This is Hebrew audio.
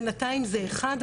בינתיים זה אחד,